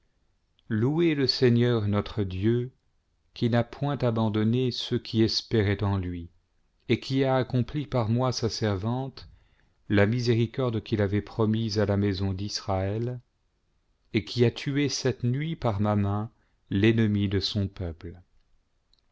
louez le seigneur notre dieu qui n'a point abandonné ceux qui espéraient en lui et qui a accompli par moi sa servante la miséricorde qu'il avait promise à la maison d'israël et qui a tué cette nuit par ma main l'ennemi de son peuple